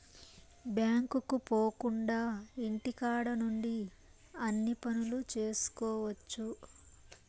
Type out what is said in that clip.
బ్యాంకుకు పోకుండా ఇంటికాడ నుండి అన్ని పనులు చేసుకోవచ్చు